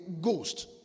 ghost